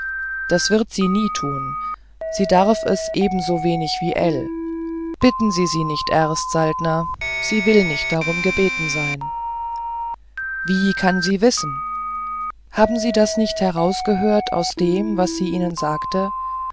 das wird sie nie tun sie darf es ebensowenig wie ell bitten sie sie nicht erst saltner sie will nicht darum gebeten sein wie kann sie wissen haben sie das nicht herausgehört aus dem was sie ihnen sagte